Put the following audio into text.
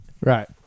Right